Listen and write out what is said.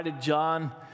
John